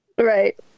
right